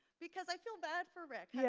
because i feel bad for rick, yeah